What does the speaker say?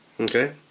Okay